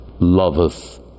loveth